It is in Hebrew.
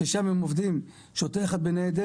ששם הם עובדים עם שוטר אחד בניידת,